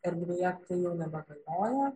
erdvėje tai jau nebegalioja